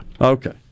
Okay